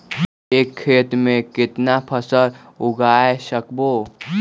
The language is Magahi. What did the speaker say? एक खेत मे केतना फसल उगाय सकबै?